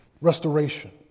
restoration